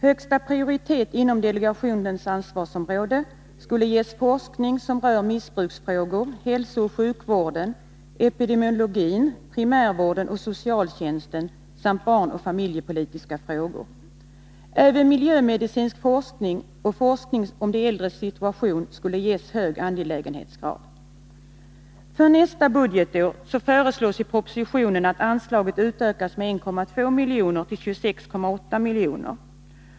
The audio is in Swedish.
Högsta prioritet inom delegationens ansvarsområde skulle ges forskning som rör missbruksfrågor, hälsooch sjukvården, epidemiologin, primärvården och socialtjänsten samt barnoch familjepolitiska frågor. Även miljömedicinsk forskning och forskning om de äldres situation ges hög angelägenhetsgrad. För nästa budgetår föreslås i propositionen att anslaget utökas med 1,2 milj.kr. till 26,8 miljoner.